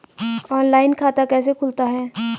Online खाता कैसे खुलता है?